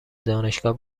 دانشگاه